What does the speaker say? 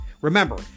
Remember